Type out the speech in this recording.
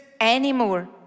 anymore